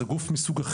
זה גוף אחר,